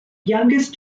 youngest